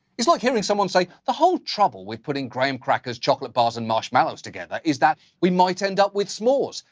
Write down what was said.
it's like hearing someone say, the whole trouble with putting graham crackers, chocolate bars, and marshmallows together is that we might end up with s'mores.